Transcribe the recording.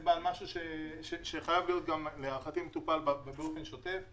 האצבע לנושא שחייב להיות להערכתי מטופל באופן שוטף.